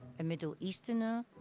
a middle easterner.